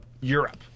Europe